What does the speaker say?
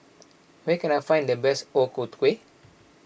where can I find the best O Ku Kueh